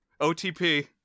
OTP